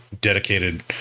dedicated